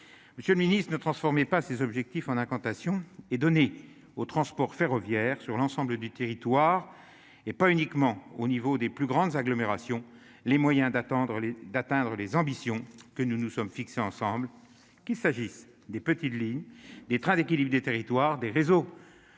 monsieur le Ministre ne transformez pas ses objectifs en incantations et donné au transport ferroviaire sur l'ensemble du territoire, et pas uniquement au niveau des plus grandes agglomérations, les moyens d'attendre, d'atteindre les ambitions que nous nous sommes fixés ensembles qu'il s'agisse des petites lignes des trains d'équilibre des territoires, des réseaux